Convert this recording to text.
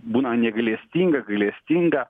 būna negailestinga gailestinga